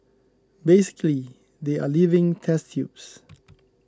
basically they are living test tubes